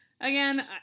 again